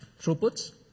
throughputs